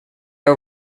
are